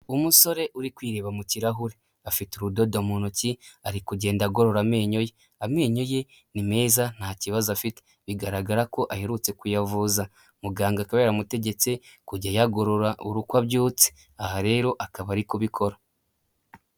Umusore uri kwireba mu kirahure afite urudodo mu ntoki ari kugenda agorora amenyo ye amenyo ye ni meza nta kibazo afite bigaragara ko aherutse kuyavuza muganga akaba yaramutegetse kujya ayagorora buri uko abyutse, aha rero akaba ari kubikora.